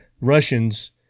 Russian's